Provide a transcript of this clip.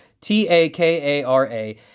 T-A-K-A-R-A